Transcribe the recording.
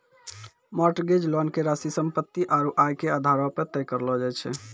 mortgage loan के राशि सम्पत्ति आरू आय के आधारो पे तय करलो जाय छै